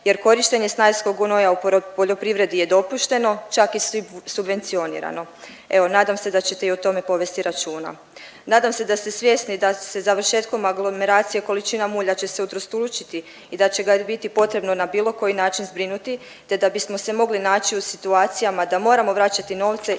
jer korištenje stajskog gnoja u poljoprivredi je dopušteno, čak i subvencionirano. Evo, nadam se da ćete i o tome povesti računa. Nadam se da ste svjesni da se završetkom aglomeracije količina mulja će se utrostručiti i da će ga biti potrebno na bilo koji način zbrinuti te da bismo se mogli naći u situacijama da moramo vraćati novce